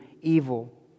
evil